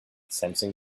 sensing